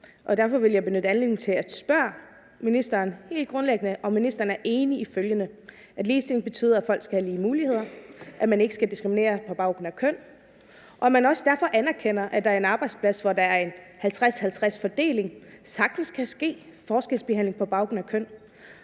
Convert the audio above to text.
Derfor vil jeg benytte anledningen til at spørge ministeren, om han helt grundlæggende er enig i følgende: at ligestilling betyder, at folk skal have lige muligheder, at man ikke skal diskriminere på baggrund af køn, og at man derfor også anerkender, at der på en arbejdsplads, hvor der er en 50-50-fordeling, sagtens kan forekomme forskelsbehandling på baggrund af køn,